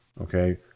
okay